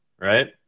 right